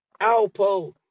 Alpo